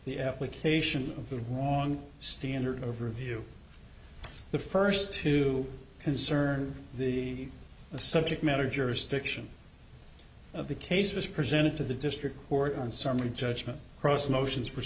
the application of the standard of review the first two concerns the subject matter jurisdiction of the case was presented to the district court on summary judgment cross motions for